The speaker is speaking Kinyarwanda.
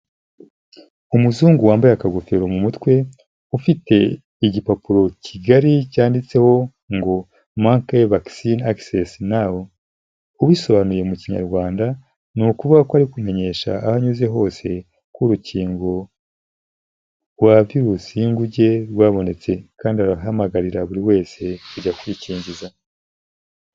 Umuzungu wambaye akagofero mu mutwe ufite igipapuro kigari cyanditseho ngo:"Monkey Vaccine Access Now." Ubisobanuye mu kinyarwanda ni ukuvuga ko ari kumenyesha aho anyuze hose ko urukingo rwa virusi y'inguge rwabonetse, kandi arahamagarira buri wese kujya kwikingiza.